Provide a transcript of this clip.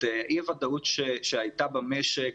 את אי ודאות שהייתה במשק,